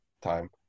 time